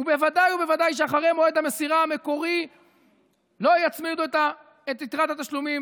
ובוודאי ובוודאי שאחרי מועד המסירה המקורי לא יצמידו את יתרת התשלומים